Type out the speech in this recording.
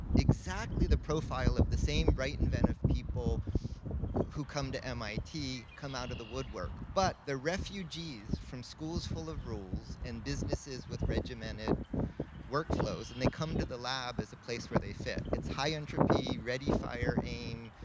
exactly the profile of the same bright, inventive people who come to mit, come out of the woodwork. but the refugees from schools full of rules, rules, and businesses with regimented workflows, and they come to the lab as a place where they fit. it's high-entropy, ready, fire, aim,